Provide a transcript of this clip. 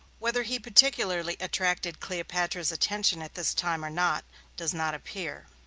whether he particularly attracted cleopatra's attention at this time or not does not appear.